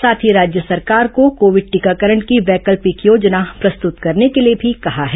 साथ ही राज्य सरकार को कोविड टीकाकरण की वैकल्पिक योजना प्रस्तुत करने के लिए भी कहा है